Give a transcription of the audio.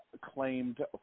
claimed